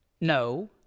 no